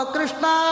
Krishna